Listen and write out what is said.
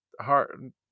hard